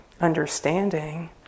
understanding